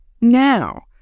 Now